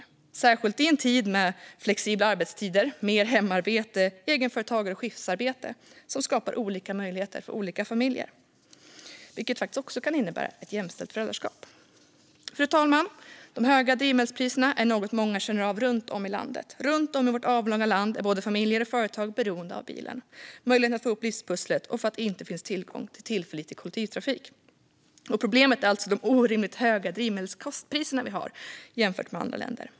Detta gäller särskilt i en tid med flexibla arbetstider, mer hemarbete, fler egenföretagare och mer skiftarbete som skapar olika möjligheter för olika familjer. Detta kan faktiskt också innebära ett jämställt föräldraskap. Fru talman! De höga drivmedelspriserna är något många känner av runt om i landet. Runt om i vårt avlånga land är både familjer och företag beroende av bilen. Det handlar om möjligheten att få ihop livspusslet eller att det inte finns tillgång till tillförlitlig kollektivtrafik. Problemet är alltså de orimligt höga drivmedelspriser vi har jämfört med andra länder.